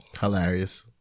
Hilarious